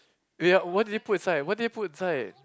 oh ya what did they put inside what did they put inside